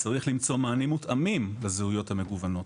.צריך למצוא מענים מותאמים לזהויות המגוונות.